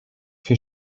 für